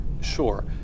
Sure